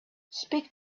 speak